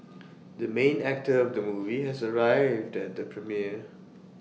the main actor of the movie has arrived at the premiere